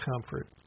comfort